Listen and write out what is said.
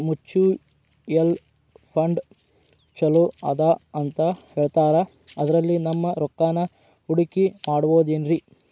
Mutual fund ಛಲೋ ಅದಾ ಅಂತಾ ಹೇಳ್ತಾರ ಅದ್ರಲ್ಲಿ ನಮ್ ರೊಕ್ಕನಾ ಹೂಡಕಿ ಮಾಡಬೋದೇನ್ರಿ?